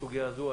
בסוגיה הזו.